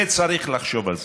וצריך לחשוב על זה.